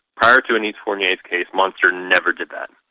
prior to anais fournier's case, monster never did that.